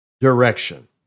direction